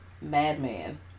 madman